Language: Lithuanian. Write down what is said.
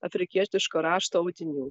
afrikietiško rašto audinių